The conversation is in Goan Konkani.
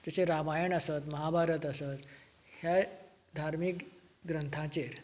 तशें रामायण आसत महाभारत आसत हे धार्मीक ग्रथांचेर